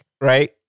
right